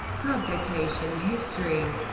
publication history